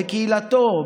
בקהילתו,